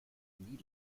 nie